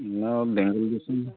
ᱵᱮᱝᱜᱚᱞ ᱫᱤᱥᱚᱢ ᱫᱚ